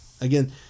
Again